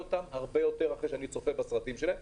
אותם הרבה יותר אחרי שאני צופה בסרטים שלהם.